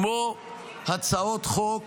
כמו הצעות חוק